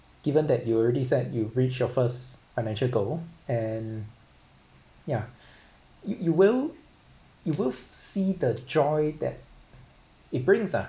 given that you already said you reached your first financial goal and yeah you you will you will see the joy that it brings lah